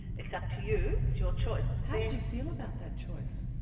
it's up to you, it's your choice. how did you feel about that choice?